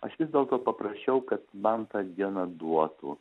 aš vis dėlto paprašiau kad man tą dieną duotų